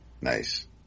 Nice